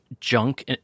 junk